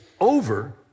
over